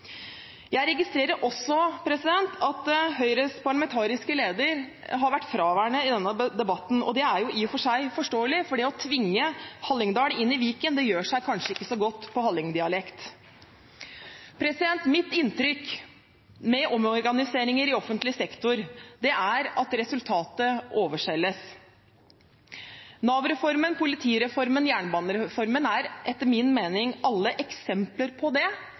Jeg registrerer også at Høyres parlamentariske leder har vært fraværende i denne debatten. Det er i og for seg forståelig, for det å tvinge Hallingdal inn i Viken gjør seg kanskje ikke så godt på hallingdialekt. Mitt inntrykk av omorganiseringer i offentlig sektor er at resultatet overselges. Nav-reformen, politireformen og jernbanereformen er alle, etter min mening, eksempler på det.